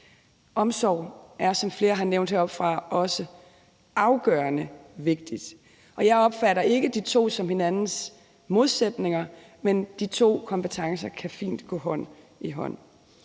Omsorg er, som flere har nævnt heroppefra, også afgørende vigtigt, og jeg opfatter ikke de to kompetencer som hinandens modsætninger; de to kompetencer kan fint gå hånd i hånd.